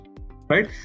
right